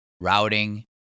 routing